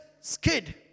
skid